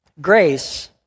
Grace